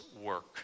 work